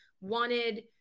wanted